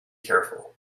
careful